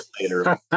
later